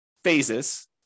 phases